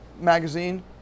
magazine